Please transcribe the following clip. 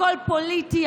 הכול פוליטי,